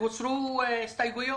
והוסרו ההסתייגויות.